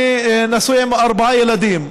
אני נשוי עם ארבעה ילדים,